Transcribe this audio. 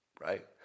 right